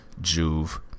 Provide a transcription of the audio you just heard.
Juve